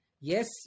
yes